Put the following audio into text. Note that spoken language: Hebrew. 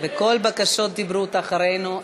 וכל בקשות דיבור מאחורינו.